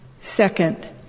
Second